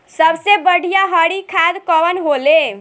सबसे बढ़िया हरी खाद कवन होले?